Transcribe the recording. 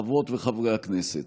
חברות וחברי הכנסת,